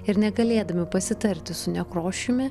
ir negalėdami pasitarti su nekrošiumi